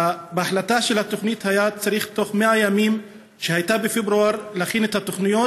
בהחלטה על התוכנית שהייתה בפברואר היה צריך להכין את התוכניות